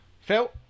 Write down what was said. Phil